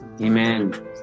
Amen